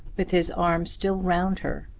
with his arm still round her,